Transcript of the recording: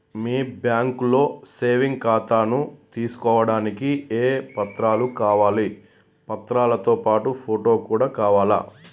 మీ బ్యాంకులో సేవింగ్ ఖాతాను తీసుకోవడానికి ఏ ఏ పత్రాలు కావాలి పత్రాలతో పాటు ఫోటో కూడా కావాలా?